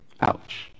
Ouch